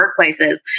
workplaces